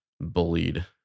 bullied